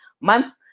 month